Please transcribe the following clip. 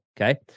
okay